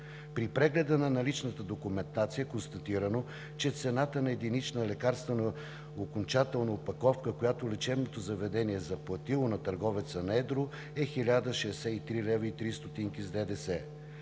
При прегледа на наличната документация е констатирано, че цената на единична лекарствена окончателна опаковка, която лечебното заведение е заплатило на търговеца на едро, е 1063,03 лв. с ДДС.